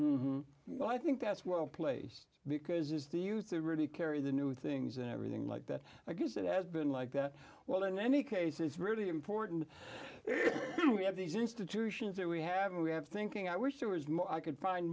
youth well i think that's well place because it's the youth to really carry the new things and everything like that i guess it has been like that well in any case it's really important we have these institutions that we have and we have thinking i wish there was more i could find